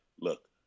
Look